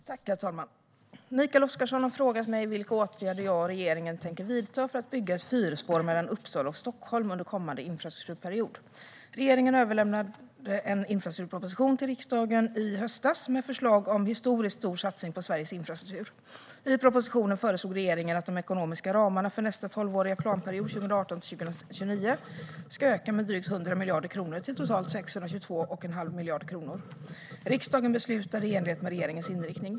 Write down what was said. Herr talman! Mikael Oscarsson har frågat mig vilka åtgärder jag och regeringen tänker vidta för att bygga ett fyrspår mellan Uppsala och Stockholm under kommande infrastrukturperiod. Regeringen överlämnade en infrastrukturproposition till riksdagen i höstas med förslag om en historiskt stor satsning på Sveriges infrastruktur. I propositionen föreslog regeringen att de ekonomiska ramarna för nästa tolvåriga planperiod, 2018-2029, ska öka med drygt 100 miljarder kronor, till totalt 622,5 miljarder kronor. Riksdagen beslutade i enlighet med regeringens inriktning.